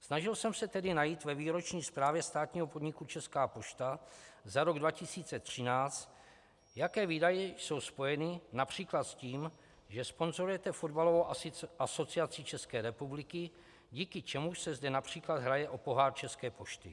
Snažil jsem se tedy najít ve výroční zprávě státního podniku Česká pošta za rok 2013, jaké výdaje jsou spojeny například s tím, že sponzorujete Fotbalovou asociaci České republiky, díky čemuž se zde například hraje o pohár České pošty.